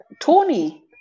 Tony